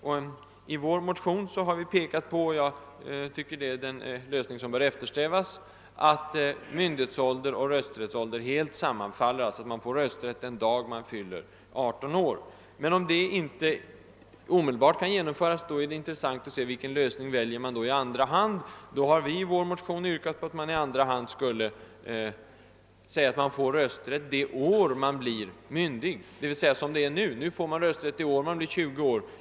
Vi har i vår motion föreslagit — och jag tycker att det är den lösning som bör eftersträvas — att myndighetsålder och rösträttsålder helt skall sammanfalla, d.v.s. att man borde få rösträtt den dag man fyller 18 år. Men om detta inte omedelbart kan genomföras, är det intressant att studera vilken lösning som kan väljas i andra hand. Vi har därför i vår motion yrkat att man borde få rösträtt det år man blir myndig.